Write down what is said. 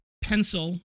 pencil